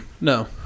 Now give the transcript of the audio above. no